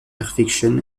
perfection